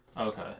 Okay